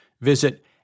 Visit